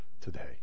today